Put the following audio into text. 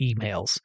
emails